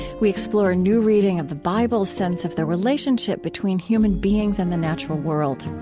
we explore a new reading of the bible's sense of the relationship between human beings and the natural world.